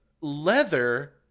leather